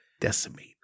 decimate